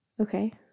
Okay